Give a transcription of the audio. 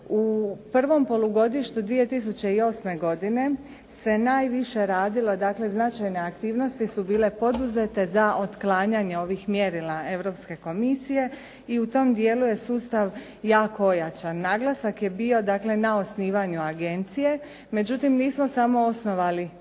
U prvom polugodištu 2008. godine se najviše radilo, znači značajne aktivnosti su bile poduzete za otklanjanje ovih mjerila Europske unije i u tom dijelu je sustav jako ojačan. Naglasak je bio dakle na osnivanju agencije. Međutim, nismo samo osnovali